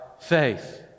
faith